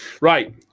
Right